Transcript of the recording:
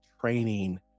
training